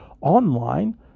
online